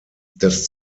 das